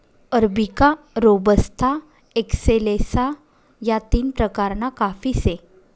arabica, robusta, excelsa या तीन प्रकारना काफी से